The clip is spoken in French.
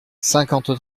cinquante